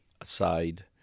aside